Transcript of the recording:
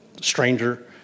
stranger